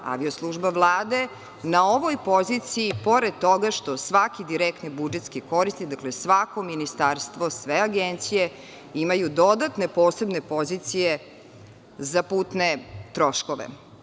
Avio služba Vlade na ovoj poziciji pored toga što svaki direktni budžetski korisnik, svako ministarstvo, sve agencije imaju dodatne posebne pozicije za putne troškove.